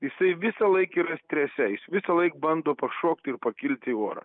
jisai visąlaik yra strese jis visąlaik bando pašokti ir pakilti į orą